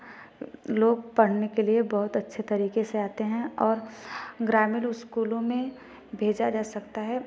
लोग पढ़ने के लिए बहुत अच्छे तरीके से आते हैं और ग्रामीण उस्कूलों में भेजा जा सकता है